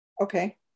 Okay